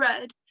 road